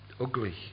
ugly